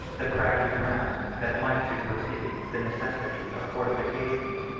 the craggy ground that might supersede the necessity of fortifications,